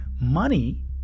money